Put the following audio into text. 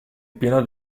pieno